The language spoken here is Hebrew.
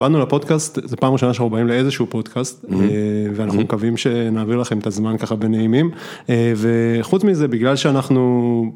ובאנו לפודקאסט, זו פעם ראשונה שאנחנו באים לאיזשהו פודקאסט ואנחנו מקווים שנעביר לכם את הזמן ככה בנעימים וחוץ מזה בגלל שאנחנו.